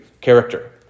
character